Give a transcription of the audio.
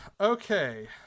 Okay